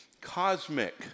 cosmic